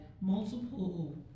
multiple